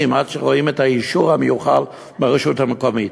עד שרואים את האישור המיוחל ברשות המקומית.